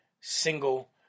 single